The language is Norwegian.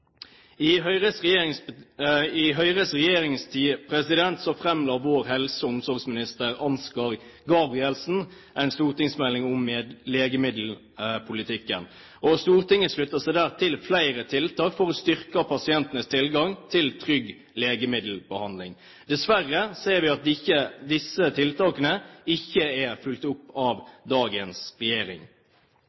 I Høyres regjeringstid fremla vår daværende helse- og omsorgsminister Ansgar Gabrielsen en stortingsmelding om legemiddelpolitikken, og Stortinget sluttet seg der til flere tiltak for å styrke pasientenes tilgang til trygg legemiddelbehandling. Dessverre ser vi at disse tiltakene ikke er fulgt opp av dagens regjering.